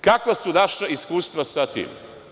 Kakva su naša iskustva sa tim?